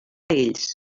ells